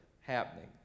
happening